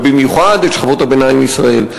ובמיוחד את שכבות הביניים בישראל,